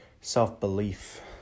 self-belief